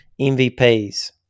MVPs